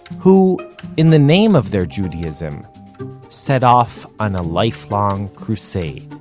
who in the name of their judaism set off on a lifelong crusade.